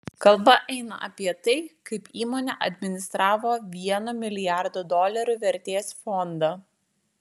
kalba eina apie tai kaip įmonė administravo vieno milijardo dolerių vertės fondą